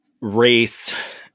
race